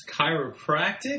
Chiropractic